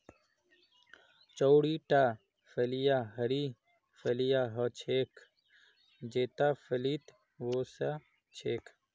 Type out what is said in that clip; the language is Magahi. चौड़ीटा फलियाँ हरी फलियां ह छेक जेता फलीत वो स छेक